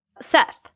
Seth